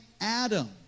Adam